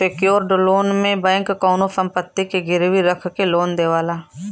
secured loan में bank कउनो संपत्ति के गिरवी रखके लोन देवला